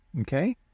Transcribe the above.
okay